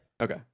okay